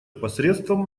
посредством